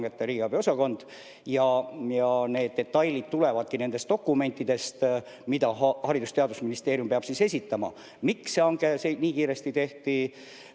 need detailid tulevadki nendest dokumentidest, mida Haridus- ja Teadusministeerium peab esitama. Miks see hange kiiresti tehti?